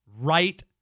right